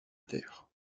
terre